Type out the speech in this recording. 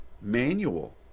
manual